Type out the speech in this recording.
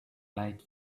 like